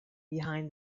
behind